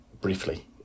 briefly